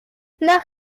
nach